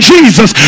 Jesus